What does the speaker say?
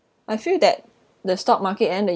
I feel that the stock market and the